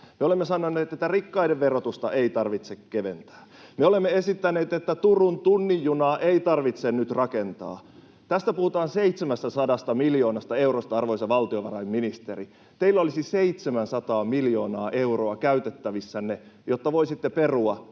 Me olemme sanoneet, että rikkaiden verotusta ei tarvitse keventää. Me olemme esittäneet, että Turun tunnin junaa ei tarvitse nyt rakentaa. Tässä puhutaan 700 miljoonasta eurosta, arvoisa valtiovarainministeri. Teillä olisi 700 miljoonaa euroa käytettävissänne, jotta voisitte perua